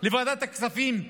לוועדת הכספים,